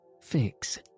Fix